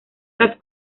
las